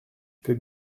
peux